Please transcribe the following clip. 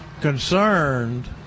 concerned